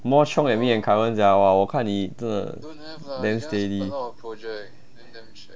more chiong than me and carmen sia !wah! 我看你真的 damn steady